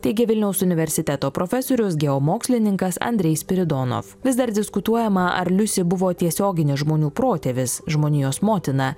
teigia vilniaus universiteto profesorius geomokslininkas andrej spiridonov vis dar diskutuojama ar liusi buvo tiesioginis žmonių protėvis žmonijos motina